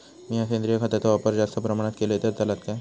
मीया सेंद्रिय खताचो वापर जास्त प्रमाणात केलय तर चलात काय?